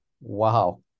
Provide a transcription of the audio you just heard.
wow